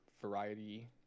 variety